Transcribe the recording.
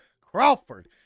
Crawford